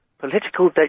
political